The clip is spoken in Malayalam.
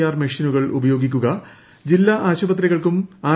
ആർ മെഷീനുകൾ ഉപയോഗിക്കുക ജില്ലാ ആശുപത്രികൾക്കും ആർ